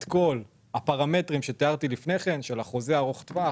כל הפרמטרים שתיארתי לפני כן - חוזה ארוך טווח,